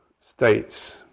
states